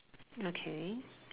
okay